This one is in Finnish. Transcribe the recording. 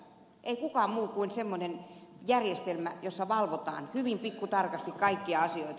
ei kukaan muu kuin semmoinen järjestelmä jossa valvotaan hyvin pikkutarkasti kaikkia asioita